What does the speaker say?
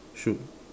shoot